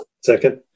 Second